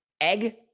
egg